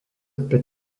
päť